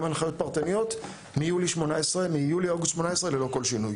הנחיות פרטניות מיולי-אוגוסט 2018 ללא כל שינוי.